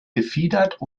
gefiedert